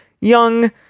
young